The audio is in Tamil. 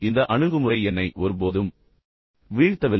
இந்த அணுகுமுறை என்னை ஒருபோதும் வீழ்த்தவில்லை